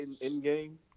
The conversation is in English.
in-game